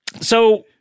So-